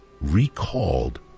recalled